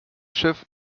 schiff